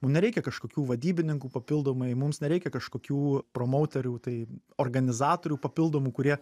mum nereikia kažkokių vadybininkų papildomai mums nereikia kažkokių promouterių tai organizatorių papildomų kurie